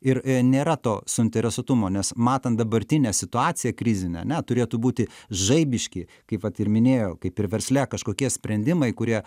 ir nėra to suinteresuotumo nes matan dabartinę situaciją krizinę ane turėtų būti žaibiški kaip vat ir minėjau kaip ir versle kažkokie sprendimai kurie